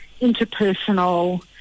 interpersonal